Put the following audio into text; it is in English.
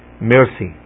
mercy